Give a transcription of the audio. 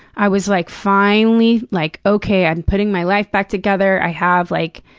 i was, like, finally like, okay, i'm putting my life back together. i have, like,